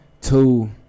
Two